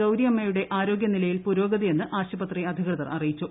ഗൌരിയമ്മയുടെ ആരോഗ്യനിലയിൽ പുരോഗതിയെന്ന് ആശുപത്രി അധികൃതർ അറിയിച്ചു